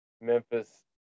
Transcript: Memphis